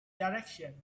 direction